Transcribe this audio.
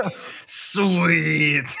Sweet